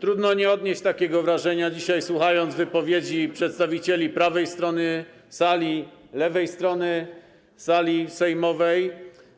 Trudno nie odnieść takiego wrażenia, słuchając dzisiaj wypowiedzi przedstawicieli prawej strony sali, lewej strony sali sejmowej,